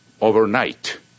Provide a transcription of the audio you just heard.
overnight